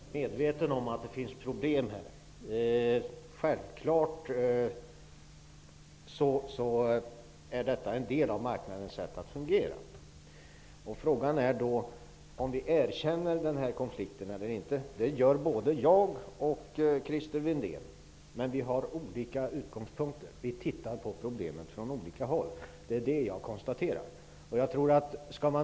Herr talman! Jag är medveten om att det finns problem här. Det är självfallet en del av marknadens sätt att fungera. Frågan är om vi erkänner den här konflikten eller inte. Det gör både jag och Christer Windén, men vi har olika utgångspunkter. Vi tittar på problemet från olika håll. Jag konstaterar detta.